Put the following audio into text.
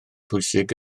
pwysig